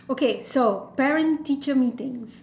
okay so parent teacher meetings